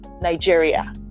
Nigeria